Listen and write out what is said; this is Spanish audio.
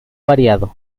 variado